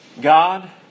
God